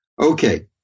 Okay